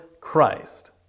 Christ